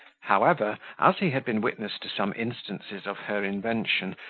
however, as he had been witness to some instances of her invention,